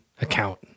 account